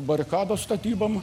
barikados statybom